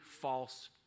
false